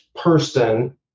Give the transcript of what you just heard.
person